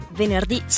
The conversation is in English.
venerdì